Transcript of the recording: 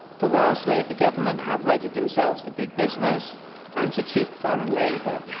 the welsh labour government have wedded themselves to big business and to cheap foreign labour,